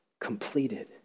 completed